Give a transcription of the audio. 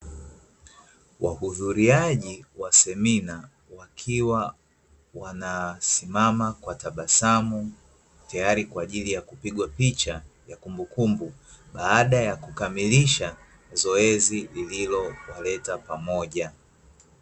Wahudhuriaji wa semina wakiwa wanasimama kwa tabasamu tayari kwa ajili ya kupigwa picha ya kumbukumbu, baada ya kukamilisha zoezi lililowaleta pamoja.